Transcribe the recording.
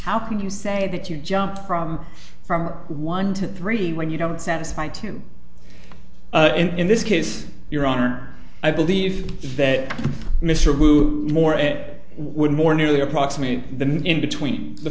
how can you say that you jump from from one to three when you don't satisfy two in this case your honor i believe that mr moore it would more nearly approximate the in between the